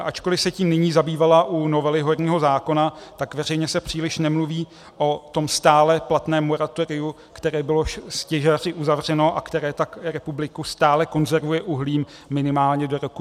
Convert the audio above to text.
Ačkoli se tím nyní zabývala u novely horního zákona, tak veřejně se příliš nemluví o tom stále platném moratoriu, které bylo s těžaři uzavřeno a které tak republiku stále konzervuje uhlím minimálně do roku 2021.